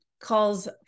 calls